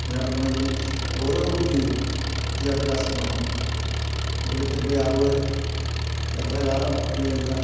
നേടണം എങ്കിൽ ഓരോ കുട്ടിയും വിദ്യാഭ്യാസം നേടണം ഓരോത്തൻ്റെ അറിവ് എത്ര കാലം എന്നതിൽ അല്ല